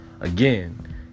Again